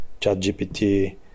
ChatGPT